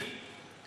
שנית,